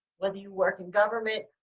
whether you work in government.